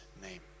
name